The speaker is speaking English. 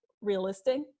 realistic